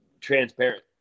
transparent